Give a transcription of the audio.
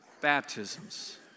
baptisms